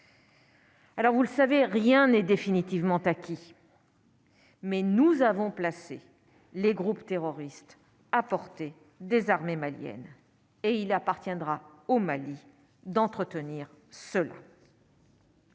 alors vous le savez, rien n'est définitivement acquis. Mais nous avons placé les groupes terroristes, apporter des armées maliennes et il appartiendra au Mali d'entretenir seul.